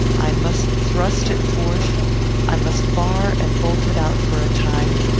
i must thrust it forth i must bar and bolt it out for a time,